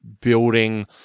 building